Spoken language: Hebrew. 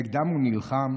שנגדם הוא נלחם,